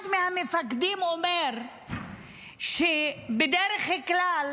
אחד המפקדים אומר שבדרך כלל,